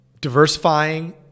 diversifying